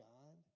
God